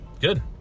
Good